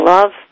Love